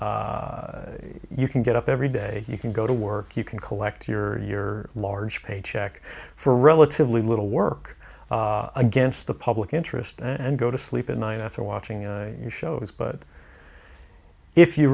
you can get up every day you can go to work you can collect your large paycheck for relatively little work against the public interest and go to sleep at night after watching the shows but if you